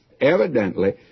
Evidently